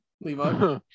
Levi